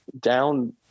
down